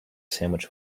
sandwich